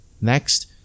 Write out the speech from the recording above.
Next